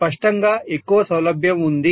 మీకు స్పష్టంగా ఎక్కువ సౌలభ్యం ఉంది